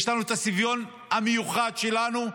יש לנו את הצביון המיוחד שלנו.